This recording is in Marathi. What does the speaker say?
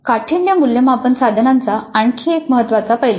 काठिण्य मूल्यमापन साधनांचा आणखी एक महत्त्वाचा पैलू